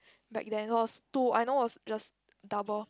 back then it was two I know it was just double